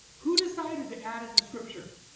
who decided to add it to scripture?